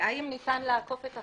האם ניתן לעקוף את החסימה?